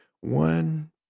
One